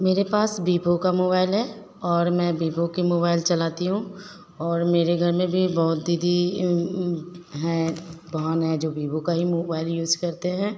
मेरे पास वीवो का मोबाइल है और मैं वीवो के मोबाइल चलाती हूँ और मेरे घर भी बहुत दीदी है बहन है जो वीवो का मोबाइल यूज करते हैं